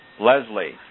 Leslie